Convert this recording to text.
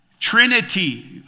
Trinity